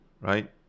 right